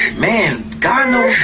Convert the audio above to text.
man, god and